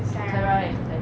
sarah